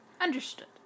Understood